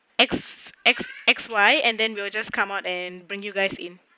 X X X Y and then we will just come out and bring you guys in